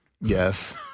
Yes